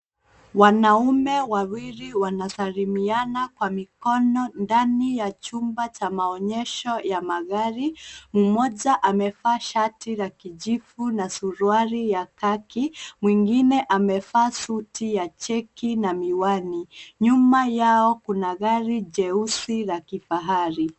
ri\Wanaume wawili wanasalimiana kwa mikono ndani ya chumba cha maonyesha ya magari mmoja amevaa shati ya kijivu na suruwali ya kaki na mwingine amevaa suti ya cheki na miwani nyuma yao kuna gari jeusi la kifahari.